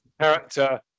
Character